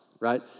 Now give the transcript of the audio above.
right